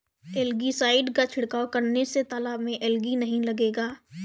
algae side का छिड़काव करने से तालाब में एलगी नहीं लगेगा